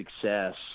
success